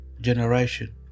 generation